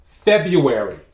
February